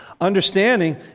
Understanding